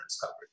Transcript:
coverage